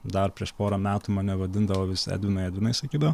dar prieš porą metų mane vadindavo vis edvinai edvinai sakydavo